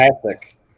Classic